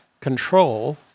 control